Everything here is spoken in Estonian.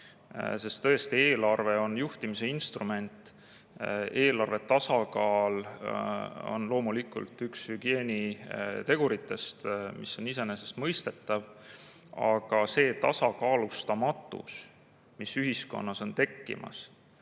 Tõesti, eelarve on juhtimise instrument. Eelarve tasakaal on loomulikult üks hügieeni teguritest, mis on iseenesestmõistetav. Aga see tasakaalustamatus, mis ühiskonnas on tekkimas,